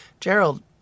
Gerald